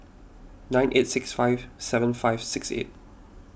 nine eight six five seven five six eight